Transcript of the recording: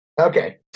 Okay